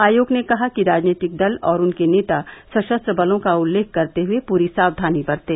आयोग ने कहा कि राजनीतिक दल और उनके नेता सशस्त्र बलों का उल्लेख करते हुए पूरी साक्षानी बरतें